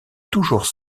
toujours